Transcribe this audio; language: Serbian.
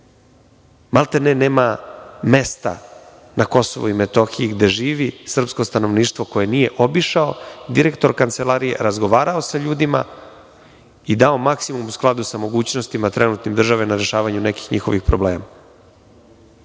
Metohije, nema mesta na Kosovu i Metohiji gde živi srpsko stanovništvo koje nije obišao direktor Kancelarije, razgovarao sa ljudima i dao maksimum u skladu sa mogućnostima trenutnim države na rešavanju nekih njihovih problema. Nemojte